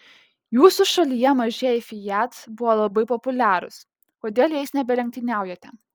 jūsų šalyje mažieji fiat buvo labai populiarūs kodėl jais nebelenktyniaujate